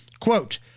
Quote